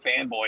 fanboy